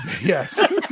yes